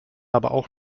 aber